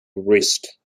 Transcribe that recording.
wrist